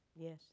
Yes